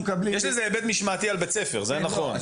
יש לזה היבט משמעתי על בית הספר, זה נכון.